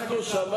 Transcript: את מה שמעתם?